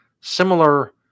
Similar